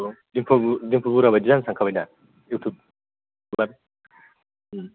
औ दिम्पु बरुवा बायदि जानो सानखाबायदा इउटुबार